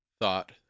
thought